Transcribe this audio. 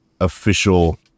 official